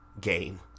game